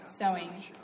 sewing